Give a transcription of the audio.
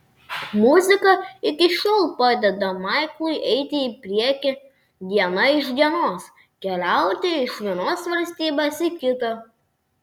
muzika iki šiol padeda maiklui eiti į priekį diena iš dienos keliauti iš vienos valstybės į kitą